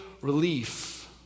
relief